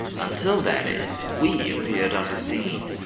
until, that is, we appeared on the scene.